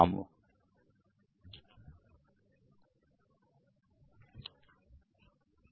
ఇప్పుడు sh process దాని execution పూర్తయ్యే వరకు 1 ప్రాసెస్ లాక్ చేయబడింది